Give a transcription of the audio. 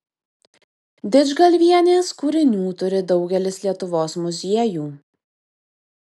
didžgalvienės kūrinių turi daugelis lietuvos muziejų